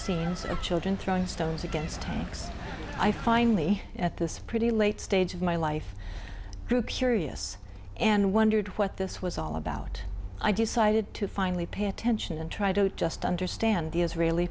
scenes of children throwing stones against tanks i finally at this pretty late stage of my life group serious and wondered what this was all about i decided to finally pay attention and try to just understand the israeli